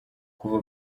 kuva